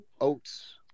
oats